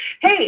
Hey